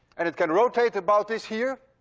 and it can rotate about this here